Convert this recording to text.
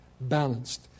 balanced